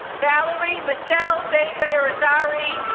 valerie michelle vega irizarry,